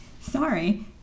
Sorry